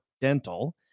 dental